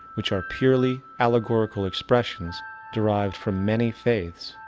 which are purely allegorical expressions derived from many faiths,